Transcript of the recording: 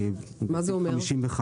בסעיף 55